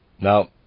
Now